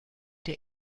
der